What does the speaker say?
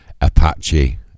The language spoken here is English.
Apache